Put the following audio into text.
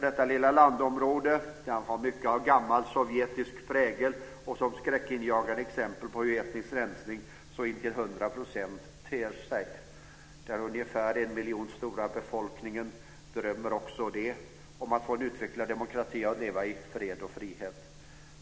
Detta lilla landområde har mycket av gammal sovjetisk prägel och är ett skräckinjagande exempel på etnisk rensning intill hundra procent. Den ungefär en miljon stora befolkningen drömmer om att få en utvecklad demokrati och ett liv i fred och frihet.